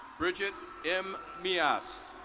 bridget m miyas.